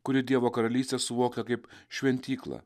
kuri dievo karalystę suvokia kaip šventyklą